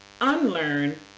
unlearn